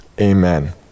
Amen